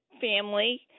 family